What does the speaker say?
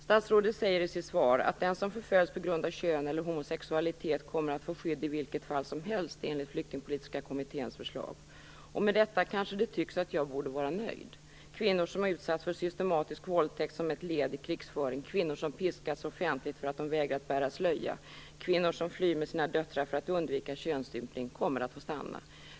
Statsrådet säger i sitt svar att den som förföljs på grund av kön eller homosexualitet kommer att få skydd i vilket fall som helst enligt Flyktingpolitiska kommitténs förslag. Och med detta kanske det tycks att jag borde vara nöjd. Kvinnor som har utsatts för systematisk våldtäkt som ett led i krigföring, kvinnor som piskats offentligt därför att de vägrat bära slöja, kvinnor som flyr med sina döttrar för att undvika könsstympning kommer att få stanna.